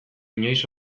inoiz